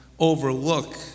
overlook